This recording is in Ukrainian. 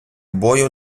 бою